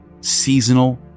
seasonal